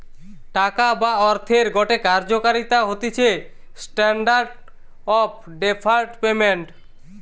টাকা বা অর্থের গটে কার্যকারিতা হতিছে স্ট্যান্ডার্ড অফ ডেফার্ড পেমেন্ট